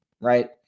right